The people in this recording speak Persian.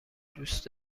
دوست